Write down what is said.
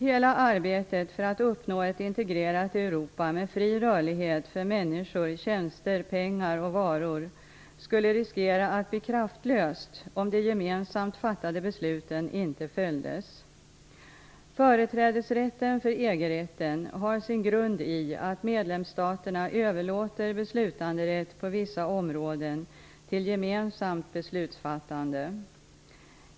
Hela arbetet för att uppnå ett integrerat Europa med fri rörlighet för människor, tjänster, pengar och varor skulle riskera att bli kraftlöst om de gemensamt fattade besluten inte följdes. Företrädesrätten för EG-rätten har sin grund i att medlemsstaterna överlåter beslutanderätt på vissa områden till gemensamt beslutsfattande.